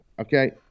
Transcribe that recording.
okay